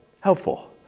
Helpful